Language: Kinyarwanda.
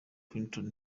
clinton